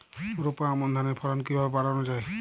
রোপা আমন ধানের ফলন কিভাবে বাড়ানো যায়?